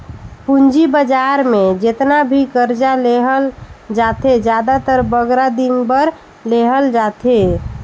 पूंजी बजार में जेतना भी करजा लेहल जाथे, जादातर बगरा दिन बर लेहल जाथे